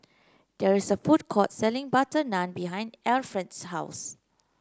there is a food court selling butter naan behind Efrain's house